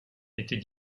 était